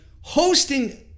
hosting